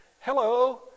Hello